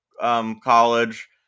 College